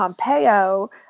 pompeo